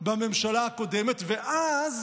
בממשלה הקודמת, ואז